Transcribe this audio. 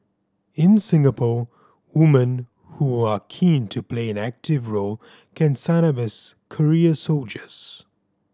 in Singapore women who are keen to play an active role can sign up as career soldiers